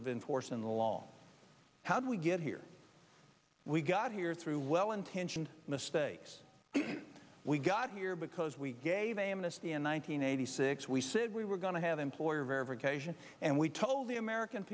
of enforcing the law how do we get here we got here through well intentioned mistakes we got here because we gave amnesty in one thousand nine hundred six we said we were going to have employer verification and we told the american